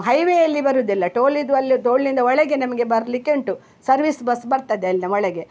ಹೈವೆಯಲ್ಲಿ ಬರೋದಿಲ್ಲ ಟೋಲ್ ಇದು ಅಲ್ಲಿ ಟೋಳಿನಿಂದ ಒಳಗೆ ನಮಗೆ ಬರಲಿಕ್ಕೆ ಉಂಟು ಸರ್ವಿಸ್ ಬಸ್ ಬರ್ತದೆ ಅಲ್ಲಿ ಒಳಗೆ